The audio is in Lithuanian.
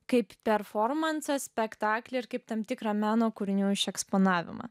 kaip performansą spektaklį ir kaip tam tikrą meno kūrinių eksponavimą